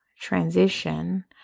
transition